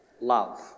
love